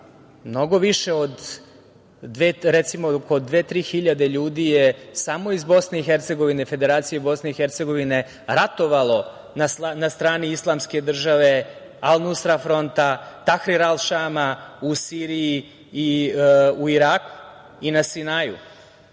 mnogo više, recimo, oko dve-tri hiljade ljudi je samo iz Federacije Bosne i Hercegovine ratovalo na strani islamske države, Al Nusra Fronta, Tahrir el Šama u Siriji i u Iraku i na Sinaju,